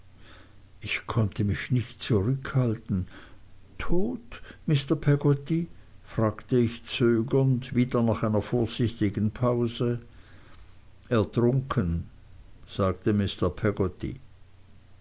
ich konnte mich nicht mehr zurückhalten tot mr peggotty fragte ich zögernd wieder nach einer vorsichtigen pause ertrunken sagte